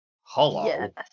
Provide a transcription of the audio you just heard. Hello